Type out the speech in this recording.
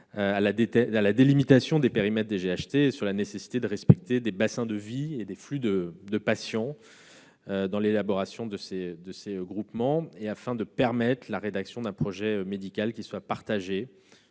à la délimitation des périmètres des GHT, et sur la nécessité de respecter les bassins de vie et les flux de patients en vue de l'élaboration de ces groupements, afin de permettre la rédaction d'un projet médical partagé